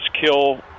kill